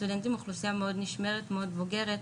סטודנטים הם אוכלוסייה מאוד נשמרת, מאוד בוגרת.